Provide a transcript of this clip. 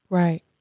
right